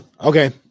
Okay